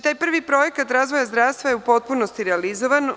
Taj Prvi projekat razvoja zdravstva je u potpunosti realizovan.